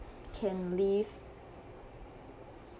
can leave